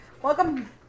Welcome